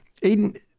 Aiden